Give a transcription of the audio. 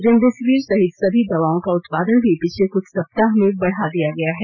remdesivir सहित सभी दवाओं का उत्पादन भी पिछले कुछ सप्ताह में बढा दिया गया है